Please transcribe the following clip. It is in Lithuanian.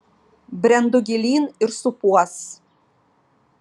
brendu gilyn ir supuos